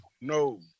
no